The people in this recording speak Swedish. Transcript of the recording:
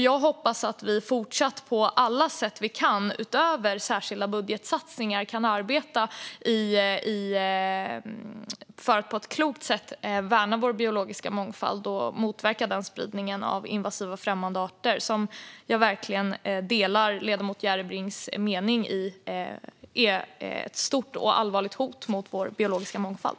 Jag hoppas att vi fortsatt på alla sätt vi kan, utöver särskilda budgetsatsningar, kan arbeta för att på ett klokt sätt värna vår biologiska mångfald och motverka spridningen av invasiva främmande arter. Jag delar verkligen ledamoten Järrebrings mening att detta är ett stort och allvarligt hot mot vår biologiska mångfald.